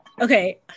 Okay